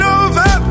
over